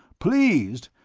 pleased?